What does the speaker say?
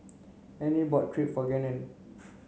Ernie bought Crepe for Gannon